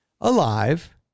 alive